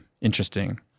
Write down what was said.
interesting